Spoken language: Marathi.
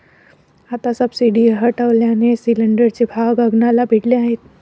आता सबसिडी हटवल्याने सिलिंडरचे भाव गगनाला भिडले आहेत